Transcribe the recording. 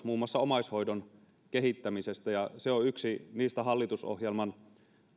muun muassa omaishoidon kehittämisestä ja se on yksi niistä hallitusohjelman